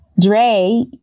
Dre